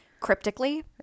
cryptically